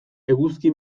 eguzki